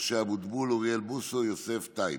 משה אבוטבול, אוריאל בוסו, יוסף טייב,